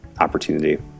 opportunity